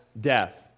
death